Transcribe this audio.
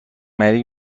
وری